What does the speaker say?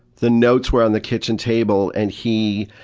the notes were on the kitchen table, and he